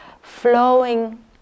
flowing